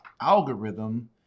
algorithm